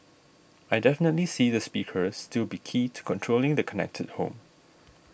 I definitely see the speaker still be key to controlling the connected home